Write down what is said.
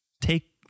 take